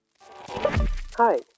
Hi